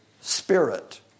spirit